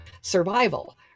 survival